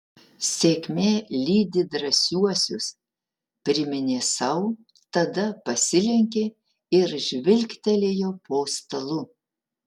sėkmė lydi drąsiuosius priminė sau tada pasilenkė ir žvilgtelėjo po stalu